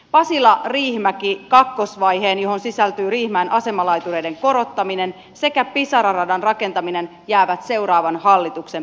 pasilariihimäki välin kakkosvaihe johon sisältyy riihimäen asemalaitureiden korottaminen sekä pisara radan rakentaminen jäävät seuraavan hallituksen päätettäväksi